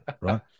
right